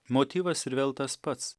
motyvas ir vėl tas pats